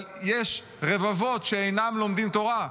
אבל יש רבבות שאינם לומדים תורה.